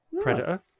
Predator